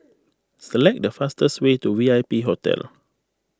select the fastest way to V I P Hotel